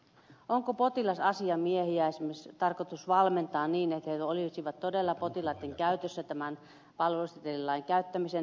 onko potilasasiamiehiä esimerkiksi tarkoitus valmentaa niin että he olisivat todella potilaitten käytössä tämän palvelusetelilain käyttämisen näkökulmasta